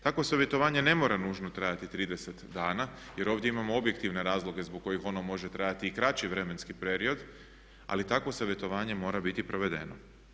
Takvo savjetovanje ne mora nužno trajati 30 dana jer ovdje imamo objektivne razloge zbog kojih ono može trajati i kraći vremenski period ali takvo savjetovanje mora biti provedeno.